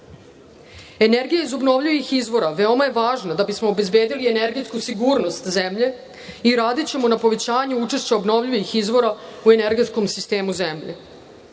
iz obnovljivih izvora veoma je važna da bismo obezbedili energetsku sigurnost zemlje i radićemo na povećanju učešća obnovljivih izvora u energetskom sistemu zemlje.